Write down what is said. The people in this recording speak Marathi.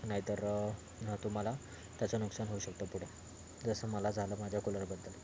नाहीतर नं तुम्हाला त्याचं नुकसान होऊ शकतं पुढं जसं मला झालं माझ्या कुलरबद्दल